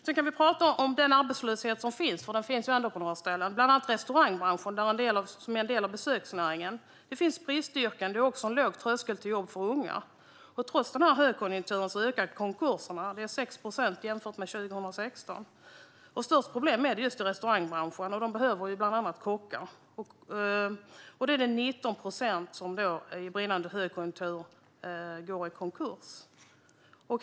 Vi kan tala om den arbetslöshet som finns, för den finns ju ändå på några ställen. Bland annat gäller detta i restaurangbranschen, som är en del av besöksnäringen. Det finns bristyrken, och tröskeln till jobb för unga är låg. Trots högkonjunkturen ökar antalet konkurser - de är 6 procent fler än 2016. Störst är problemen i restaurangbranschen, där det bland annat behövs kockar. Det är 19 procent som i brinnande högkonjunktur går i konkurs.